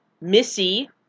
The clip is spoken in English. Missy